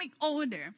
order